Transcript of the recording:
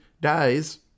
dies